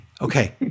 Okay